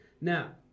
Now